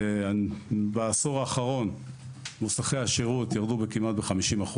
בעשור האחרון מוסכי השירות ירדו כמעט ב-50%,